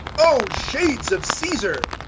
o shades of caesar!